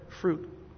fruit